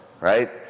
right